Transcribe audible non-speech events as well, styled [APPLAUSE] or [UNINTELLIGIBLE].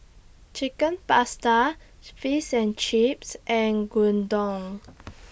Chicken Pasta [UNINTELLIGIBLE] Fish and Chips and Gyudon [NOISE]